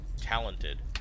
talented